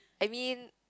I mean